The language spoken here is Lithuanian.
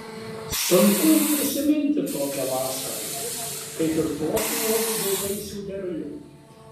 sunku ir prisiminti tokią vasarą kaip ir tokį uogų bei vaisių derlių